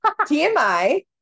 TMI